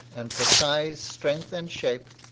and for size, strength, and shape,